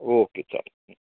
okay चालेल हं